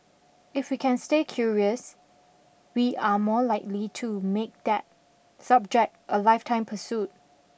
if we can stay curious we are more likely to make that subject a lifetime pursuit